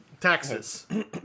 taxes